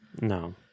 No